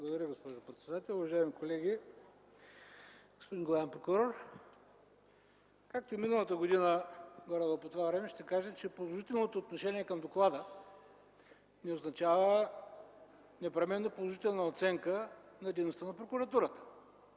Благодаря, госпожо председател. Уважаеми колеги, господин главен прокурор! Както и миналата година горе-долу по това време, ще кажа, че положителното отношение към доклада не означава непременно положителна оценка за дейността на прокуратурата.